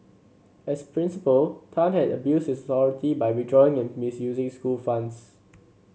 as principal Tan had abused his authority by withdrawing and misusing school funds